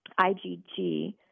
IgG